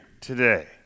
today